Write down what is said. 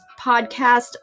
podcast